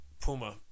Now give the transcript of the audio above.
Puma